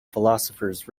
philosophers